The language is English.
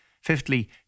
Fifthly